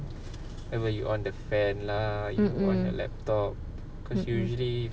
whenever you on the fan lah you on your laptop cause usually